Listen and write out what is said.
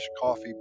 coffee